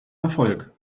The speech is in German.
erfolg